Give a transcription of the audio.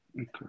Okay